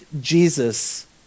Jesus